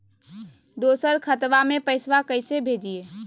दोसर खतबा में पैसबा कैसे भेजिए?